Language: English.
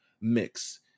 mix